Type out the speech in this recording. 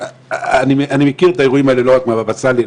אני מכיר את האירועים האלה לא רק מהבבא סאלי,